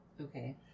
Okay